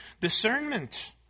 discernment